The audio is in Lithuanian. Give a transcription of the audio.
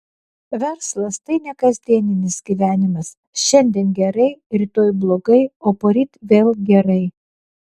verslas tai ne kasdieninis gyvenimas šiandien gerai rytoj blogai o poryt vėl gerai